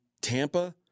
Tampa